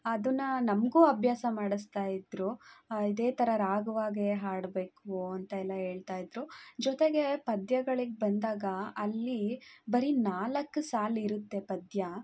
ಅದನ್ನ ನಮಗೂ ಅಭ್ಯಾಸ ಮಾಡಿಸ್ತಾ ಇದ್ದರು ಇದೇ ಥರ ರಾಗವಾಗೇ ಹಾಡಬೇಕು ಅಂತ ಎಲ್ಲ ಹೇಳ್ತಾ ಇದ್ದರು ಜೊತೆಗೆ ಪದ್ಯಗಳಿಗೆ ಬಂದಾಗ ಅಲ್ಲಿ ಬರೀ ನಾಲ್ಕು ಸಾಲು ಇರುತ್ತೆ ಪದ್ಯ